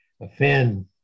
offend